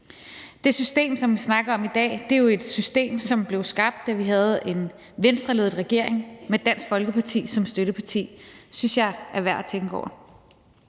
Det system, vi snakker om i dag, er jo et system, som blev skabt, da vi havde en Venstreledet regering med Dansk Folkeparti som støtteparti – det synes jeg er værd at tænke over.